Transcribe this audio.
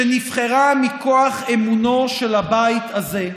שנבחרה מכוח אמונו של הבית הזה.